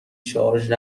شارژ